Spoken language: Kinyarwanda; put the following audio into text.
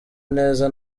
neza